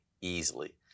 easily